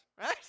right